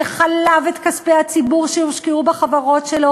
שחלב את כספי הציבור שהושקעו בחברות שלו